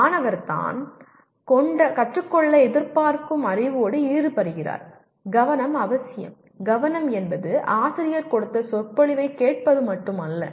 மாணவர் தான் கற்றுக்கொள்ள எதிர்பார்க்கும் அறிவோடு ஈடுபடுகிறார் கவனம்அவசியம் கவனம் என்பது ஆசிரியர் கொடுத்த சொற்பொழிவைக் கேட்பது மட்டுமல்ல